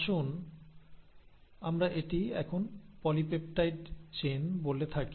আসুন আমরা এটি এখন পলিপেপটাইড চেইন বলে থাকি